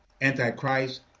anti-Christ